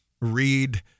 read